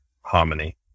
harmony